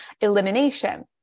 elimination